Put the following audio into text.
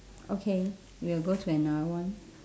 okay we will go to another one